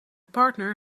partner